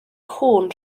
cŵn